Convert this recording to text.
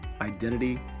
identity